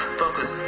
focus